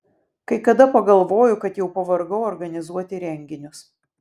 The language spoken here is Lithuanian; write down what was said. kai kada pagalvoju kad jau pavargau organizuoti renginius